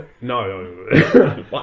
No